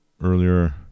earlier